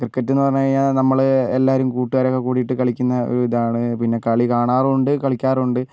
ക്രിക്കറ്റെന്ന് പറഞ്ഞു കഴിഞ്ഞാൽ നമ്മൾ എല്ലാവരും കൂട്ടുകാരൊക്കെ കൂടീട്ട് കളിക്കുന്ന ഒരു ഇതാണ് പിന്നെ കളി കാണാറുണ്ട് കളിക്കാറുണ്ട്